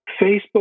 Facebook